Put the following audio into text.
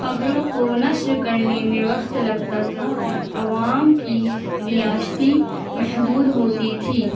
خبروں کو نثر کرنے میں وقت لگتا تھا اور عوام کی ریاستی محدود ہوتی تھی